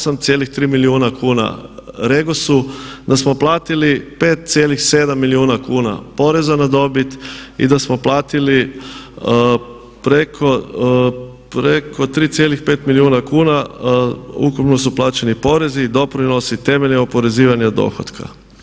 8,3 milijuna kuna REGOS-u, da smo platili 5,7 milijuna kuna poreza na dobit i da smo platili preko 3,5 milijuna kuna ukupno su plaćeni porezi i doprinosi temeljem oporezivanja dohotka.